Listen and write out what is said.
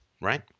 Right